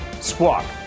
Squawk